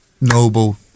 noble